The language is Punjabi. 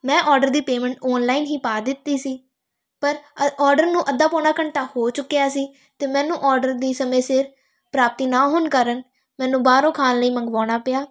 ਮੈਂ ਔਡਰ ਦੀ ਪੇਮੈਂਟ ਔਨਲਾਈਨ ਹੀ ਪਾ ਦਿੱਤੀ ਸੀ ਪਰ ਅ ਔਡਰ ਨੂੰ ਅੱਧਾ ਪੌਣਾ ਘੰਟਾ ਹੋ ਚੁੱਕਿਆ ਸੀ ਅਤੇ ਮੈਨੂੰ ਔਡਰ ਦੀ ਸਮੇਂ ਸਿਰ ਪ੍ਰਾਪਤੀ ਨਾ ਹੋਣ ਕਾਰਨ ਮੈਨੂੰ ਬਾਹਰੋਂ ਖਾਣ ਲਈ ਮੰਗਵਾਉਣਾ ਪਿਆ